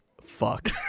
Fuck